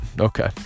okay